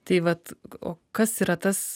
tai vat o kas yra tas